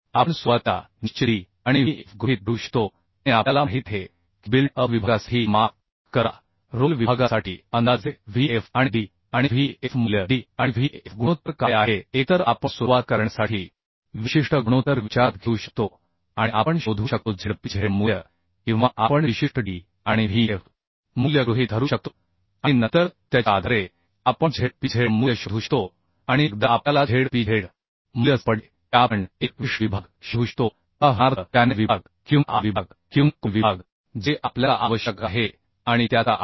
आपण सुरुवातीला निश्चित d आणि Vf गृहीत धरू शकतो आणि आपल्याला माहित आहे की बिल्ड अप विभागासाठी माफ करा रोल विभागासाठी अंदाजे Vf आणि d आणि vf मूल्य d आणि Vf गुणोत्तर काय आहे एकतर आपण सुरुवात करण्यासाठी विशिष्ट गुणोत्तर विचारात घेऊ शकतो आणि आपण शोधू शकतो Zpz मूल्य किंवा आपण विशिष्ट d आणि Vf मूल्य गृहीत धरू शकतो आणि नंतर त्याच्या आधारे आपण Zpzमूल्य शोधू शकतो आणि एकदा आपल्याला Zpz मूल्य सापडले की आपण एक विशिष्ट विभाग शोधू शकतो उदाहरणार्थ चॅनेल विभाग किंवा I विभाग किंवा कोन विभाग जे आपल्याला आवश्यक आहे आणि त्याचा आकार